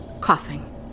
coughing